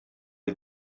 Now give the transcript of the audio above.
die